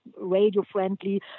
radio-friendly